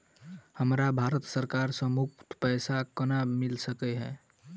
हमरा भारत सरकार सँ मुफ्त पैसा केना मिल सकै है?